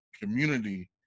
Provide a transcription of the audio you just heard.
community